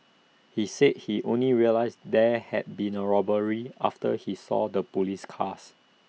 he said he only realised there had been A robbery after he saw the Police cars